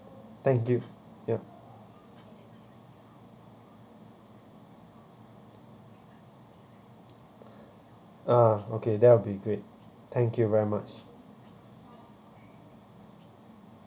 thank you ya ah okay that will be great thank you very much